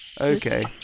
Okay